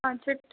अच्छा